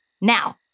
Now